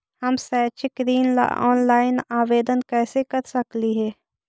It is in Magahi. हम शैक्षिक ऋण ला ऑनलाइन आवेदन कैसे कर सकली हे?